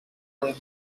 and